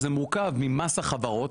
זה מורכב ממס החברות,